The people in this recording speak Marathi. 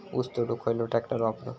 ऊस तोडुक खयलो ट्रॅक्टर वापरू?